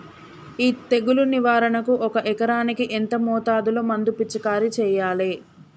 ఈ తెగులు నివారణకు ఒక ఎకరానికి ఎంత మోతాదులో మందు పిచికారీ చెయ్యాలే?